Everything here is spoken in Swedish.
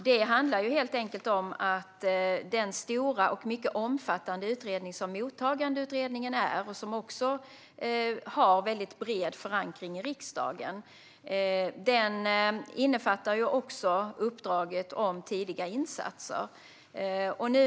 Det handlar helt enkelt om att den stora och mycket omfattande Mottagandeutredningen, som också har mycket bred förankring i riksdagen, också innefattar uppdraget om tidiga insatser.